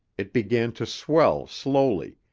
it began to swell slowly,